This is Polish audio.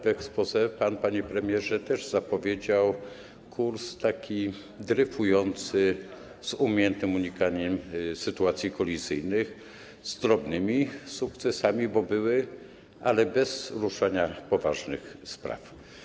W exposé pan, panie premierze, też zapowiedział kurs taki dryfujący z umiejętnym unikaniem sytuacji kolizyjnych, z drobnymi sukcesami, bo były, ale bez ruszania poważnych spraw.